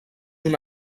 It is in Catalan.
una